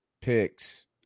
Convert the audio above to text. picks